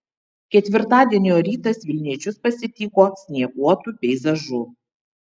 ketvirtadienio rytas vilniečius pasitiko snieguotu peizažu